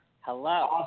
Hello